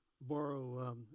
borrow